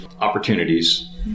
opportunities